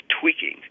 tweaking